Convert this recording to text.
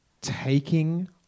Taking